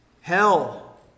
hell